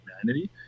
humanity